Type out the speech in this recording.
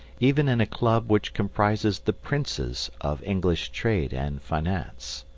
even in a club which comprises the princes of english trade and finance.